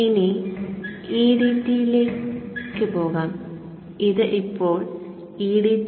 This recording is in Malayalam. ഇനി edt ലേക്ക് പോകാം ഇത് ഇപ്പോൾ edt